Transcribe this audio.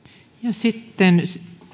sitten